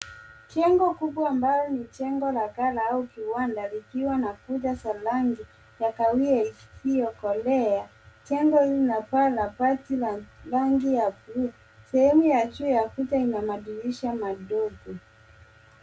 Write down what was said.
Jengo kubwa ambalo ni jengo la kale au kiwanda likiwa na kuta za rangi ya kahawia isiyokolea . Jengo hili lina paa ya bati na rangi ya bluu. Sehemu ya juu ya kuta ina madirisha madogo.